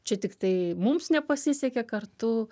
čia tiktai mums nepasisekė kartu